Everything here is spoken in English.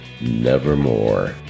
nevermore